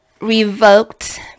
revoked